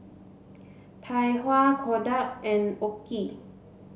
Tai Hua Kodak and OKI